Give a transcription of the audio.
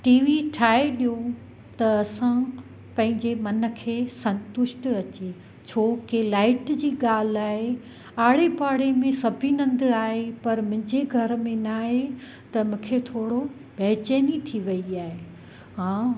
T V ठाहे ॾियो त असां पंहिंजे मन खे संतुष्ट अचे छो कि लाइट जी ॻाल्हि आहे आड़े पाड़े में सभिनि हंधि आहे पर मुंहिंजे घर में नाहे त मूंखे थोरो बैचेनी थी वयी आहे हा